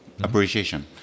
Appreciation